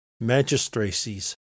magistracies